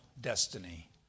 destiny